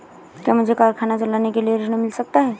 क्या मुझे कारखाना चलाने के लिए ऋण मिल सकता है?